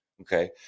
okay